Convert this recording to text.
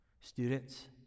Students